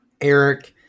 eric